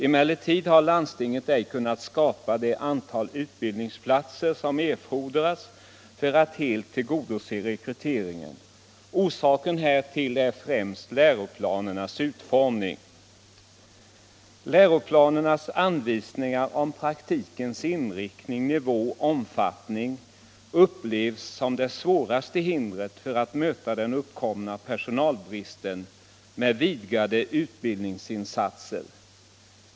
Emellertid har landstingen ej kunnat skapa det antal utbildningsplatser som erfordras för att helt tillgodose rekryteringen. Orsaken härtill är främst läroplanernas utformning. Läroplanernas anvisningar om praktikens inriktning, nivå och omfattning upplevs som det svåraste hindret för att möta den uppkomna personalbristen med vidgade utbildningsinsatser.